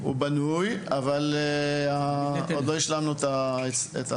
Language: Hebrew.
הוא בנוי, אבל עוד לא השלמנו את היציעים.